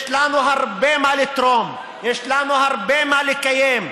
יש לנו הרבה מה לתרום, יש לנו הרבה מה לקיים.